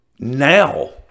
Now